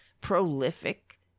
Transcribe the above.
prolific